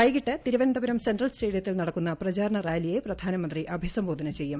വൈകിട്ട് തിരുവനന്തപുരം സെൻട്രൽ സ്റ്റേഡിയത്തിൽ ന ടക്കുന്ന പ്രചാരണ റാലിയെ പ്രധാനമന്ത്രി അഭിസംബോധന ചെയ്യും